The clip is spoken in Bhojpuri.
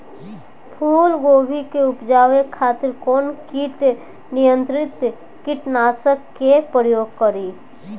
फुलगोबि के उपजावे खातिर कौन कीट नियंत्री कीटनाशक के प्रयोग करी?